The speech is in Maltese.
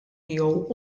miegħu